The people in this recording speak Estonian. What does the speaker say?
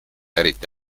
eriti